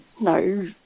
No